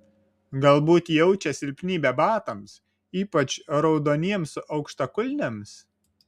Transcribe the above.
galbūt jaučia silpnybę batams ypač raudoniems aukštakulniams